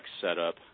setup